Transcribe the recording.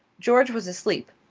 george was asleep.